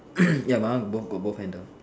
ya my one got both handle